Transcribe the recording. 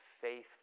faithful